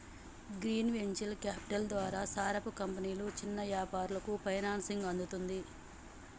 గీ venture capital ద్వారా సారపు కంపెనీలు చిన్న యాపారాలకు ఫైనాన్సింగ్ అందుతుంది